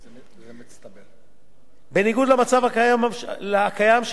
בניגוד למצב הקיים שבו ניתן רק הפטור הגבוה מבין השניים,